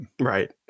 Right